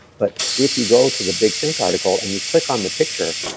but if you go to the big think article, and you click on the picture,